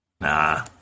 Nah